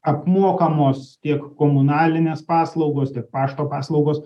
apmokamos tiek komunalinės paslaugos tiek pašto paslaugos